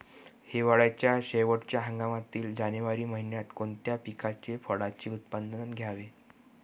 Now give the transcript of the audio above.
हिवाळ्याच्या शेवटच्या हंगामातील जानेवारी महिन्यात कोणत्या पिकाचे, फळांचे उत्पादन घ्यावे?